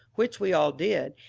which we all did,